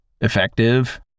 effective